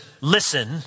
listen